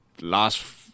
last